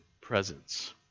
presence